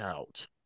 out